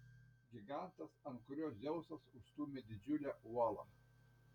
gigantas ant kurio dzeusas užstūmė didžiulę uolą